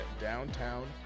downtown